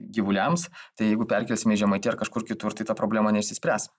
gyvuliams tai jeigu perkelsime į žemaitiją ar kažkur kitur tai ta problema neišsispręs